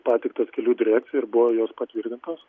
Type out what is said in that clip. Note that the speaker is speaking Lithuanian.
pateiktos kelių direkcijai ir buvo jos patvirtintos